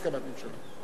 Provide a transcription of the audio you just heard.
יש הסכמת ממשלה,